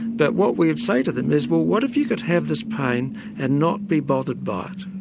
but what we say to them is, well what if you could have this pain and not be bothered but